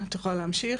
(שקף: